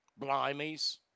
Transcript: Blimeys